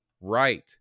right